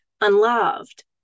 unloved